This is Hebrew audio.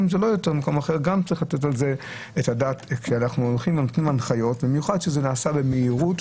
לתת על זה את הדעת כשנותנים הנחיות במיוחד שזה נעשה במהירות.